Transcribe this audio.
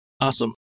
Awesome